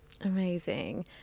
Amazing